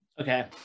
Okay